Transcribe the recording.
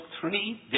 three